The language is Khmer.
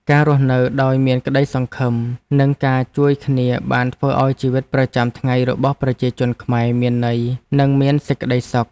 ការរស់នៅដោយមានក្តីសង្ឃឹម និងការជួយគ្នាបានធ្វើឱ្យជីវិតប្រចាំថ្ងៃរបស់ប្រជាជនខ្មែរមានន័យនិងមានសេចក្ដីសុខ។